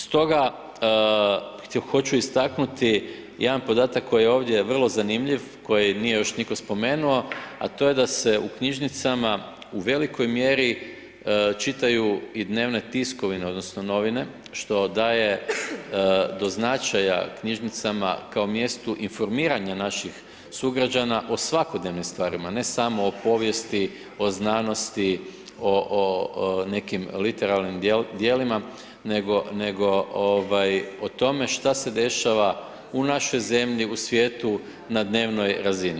Stoga hoću istaknuti jedan podatak koji je ovdje vrlo zanimljiv, koji nije još nitko spomenuo, a to je da se u knjižnicama u velikoj mjeri čitaju i dnevne tiskovine, odnosno novine, što daje do značaja knjižnicama kao mjestu informiranja naših sugrađana o svakodnevnim stvarima, ne samo o povijesti, o znanosti, o nekim literarnim djelima, nego o tome što se dešava u našoj zemlji, u svijetu, na dnevnoj razini.